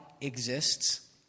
exists